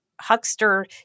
huckster